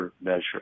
measure